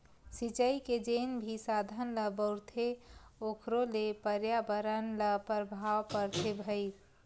सिचई के जेन भी साधन ल बउरथे ओखरो ले परयाबरन ल परभाव परथे भईर